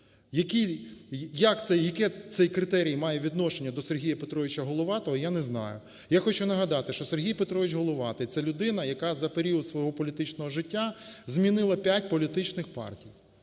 яке цей критерій має відношення до Сергія Петровича Головатого, я не знаю. Я хочу нагадати, що Сергій Петрович Головатий – це людина, яка за період свого політичного життя змінила п'ять політичних партій.